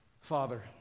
Father